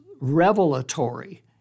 revelatory